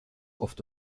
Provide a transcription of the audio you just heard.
oft